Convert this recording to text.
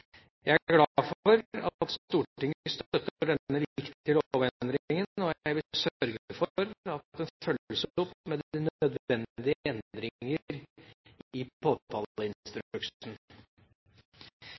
Jeg er glad for at Stortinget støtter denne viktige lovendringen, og jeg vil sørge for at den følges opp med de nødvendige endringer i